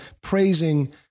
praising